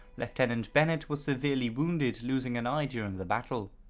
lieutenant bennett was severely wounded, losing an eye during the battle.